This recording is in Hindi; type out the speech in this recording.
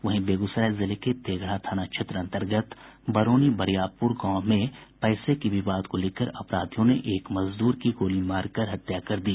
वहीं बेगूसराय जिले के तेघड़ा थाना क्षेत्र अंतर्गत बरौनी बरियापुर गांव में पैसे के विवाद को लेकर अपराधियों ने एक मजदूर की गोली मारकर हत्या कर दी